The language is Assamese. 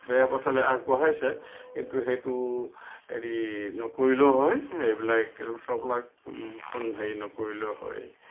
বেয়া পথলৈ আগবঢ়াইছে কিন্তু সেইটো হেৰি নকৰিলেও হয় সেইবোৰ চববিলাক কোনো হেৰি নকৰিলেও হয়